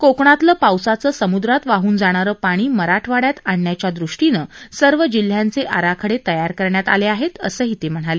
कोकणातील पावसाचं समुद्रात वाहन जाणारं पाणी मराठवाड्यात आणण्याच्या दृष्टीनं सर्व जिल्ह्यांचे आराखडे तयार करण्यात आले आहेत असंही ते म्हणाले